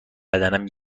بدنم